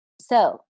So-